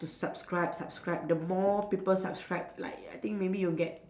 subscribe subscribe the more people subscribe like ya I think maybe you get